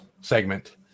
segment